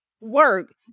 work